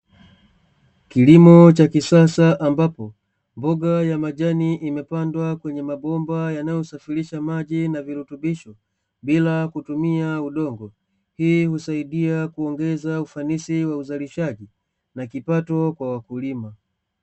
Kilimo cha kisasa ambapo mboga ya majani imepandwa kwenye mabomba, yanaosafirisha maji na virutubisho bila kutumia udongo. Hii husaidia kuongeza ufanisi wa uzalishaji na kipato kwa wakulima.